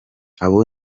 abo